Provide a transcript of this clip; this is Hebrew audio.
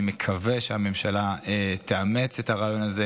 אני מקווה שהממשלה תאמץ את הרעיון הזה